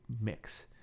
mix